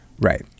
Right